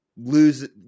lose